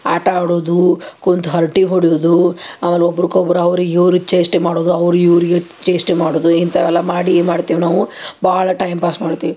ಆಟ ಆಡುವುದು ಕುಂತು ಹರ್ಟೆ ಹೊಡಿಯುವುದು ಆಮೇಲೆ ಒಬ್ರಗ್ ಒಬ್ರು ಅವ್ರಿಗೆ ಇವ್ರಿಗೆ ಚೇಷ್ಟೆ ಮಾಡುವುದು ಅವ್ರಿಗೆ ಇವರಿಗೆ ಚೇಷ್ಟೆ ಮಾಡುವುದು ಇಂಥವೆಲ್ಲ ಮಾಡಿ ಮಾಡ್ತೀವಿ ನಾವು ಬಹಳ ಟೈಮ್ ಪಾಸ್ ಮಾಡ್ತೀವಿ